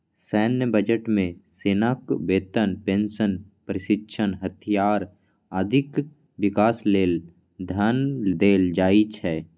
सैन्य बजट मे सेनाक वेतन, पेंशन, प्रशिक्षण, हथियार, आदिक विकास लेल धन देल जाइ छै